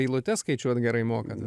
eilutes skaičiuot gerai mokat